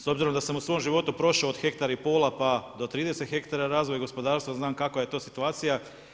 S obzirom da sam u svom životu prošao od hektar i pola pa do 30 hektara razvoj gospodarstva, znam kakva je to situacija.